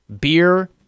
beer